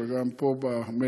אבל גם פה במליאה,